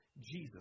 Jesus